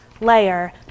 layer